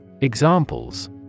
Examples